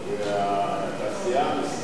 המסחר והתעסוקה,